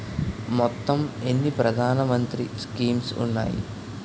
మొత్తం ఎన్ని ప్రధాన మంత్రి స్కీమ్స్ ఉన్నాయి?